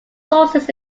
sources